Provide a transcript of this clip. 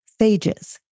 phages